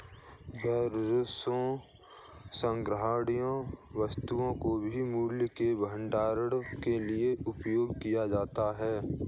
विशेष संग्रहणीय वस्तुओं को भी मूल्य के भंडारण के लिए उपयोग किया जाता है